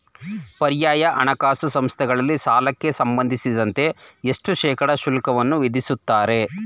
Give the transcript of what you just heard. ಪರ್ಯಾಯ ಹಣಕಾಸು ಸಂಸ್ಥೆಗಳಲ್ಲಿ ಸಾಲಕ್ಕೆ ಸಂಬಂಧಿಸಿದಂತೆ ಎಷ್ಟು ಶೇಕಡಾ ಶುಲ್ಕವನ್ನು ವಿಧಿಸುತ್ತಾರೆ?